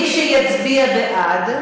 מי שיצביע בעד,